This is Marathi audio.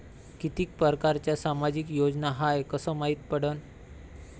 कितीक परकारच्या सामाजिक योजना हाय कस मायती पडन?